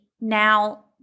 now